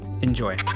enjoy